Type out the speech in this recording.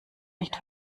nicht